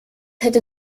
hätte